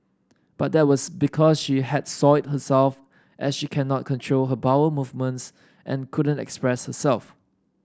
but that was because she had soiled herself as she cannot control her bowel movements and couldn't express herself